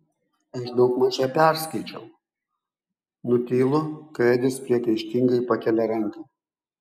aš daugmaž ją perskaičiau nutylu kai edis priekaištingai pakelia ranką